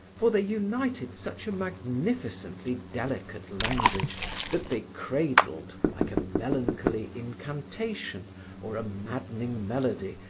for they united such a magnificently delicate language that they cradled, like a melancholy incantation or a maddening melody,